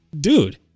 Dude